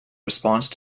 response